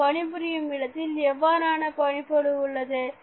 நாம் பணிபுரியும் இடத்தில் எவ்வாறான பணி பளு உள்ளது